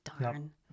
darn